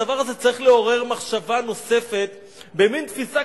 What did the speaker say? הדבר הזה צריך לעורר מחשבה נוספת במין תפיסה